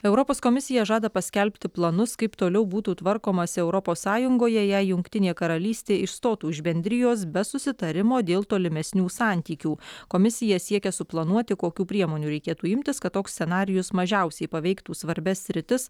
europos komisija žada paskelbti planus kaip toliau būtų tvarkomasi europos sąjungoje jei jungtinė karalystė išstotų iš bendrijos be susitarimo dėl tolimesnių santykių komisija siekia suplanuoti kokių priemonių reikėtų imtis kad toks scenarijus mažiausiai paveiktų svarbias sritis